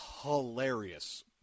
hilarious